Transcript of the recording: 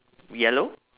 yellow